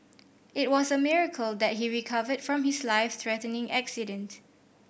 it was a miracle that he recovered from his life threatening accident